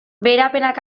beherapenak